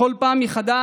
בכל פעם מחדש